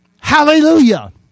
Hallelujah